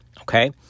okay